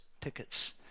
tickets